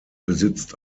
besitzt